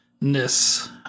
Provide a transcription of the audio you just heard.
ness